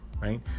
right